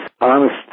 honest